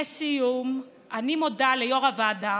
לסיום, אני מודה ליו"ר הוועדה